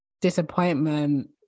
disappointment